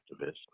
activist